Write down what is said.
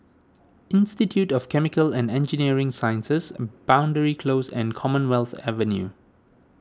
Institute of Chemical and Engineering Sciences Boundary Close and Commonwealth Avenue